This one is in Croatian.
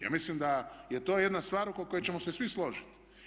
Ja mislim da je to jedna stvar oko koje ćemo se svi složiti.